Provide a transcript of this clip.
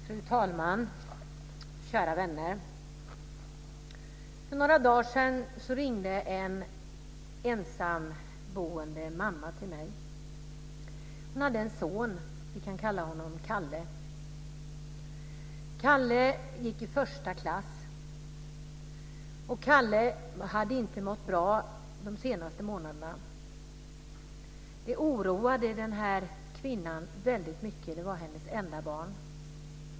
Fru talman! Kära vänner! För några dagar sedan ringde en ensamboende mamma till mig. Hon hade en son. Vi kan kalla honom Kalle. Kalle gick i första klass, och Kalle hade inte mått bra de senaste månaderna. Det oroade den här kvinnan väldigt mycket. Kalle var hennes enda barn.